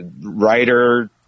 writer